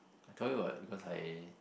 I told you what because I